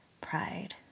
pride